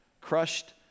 crushed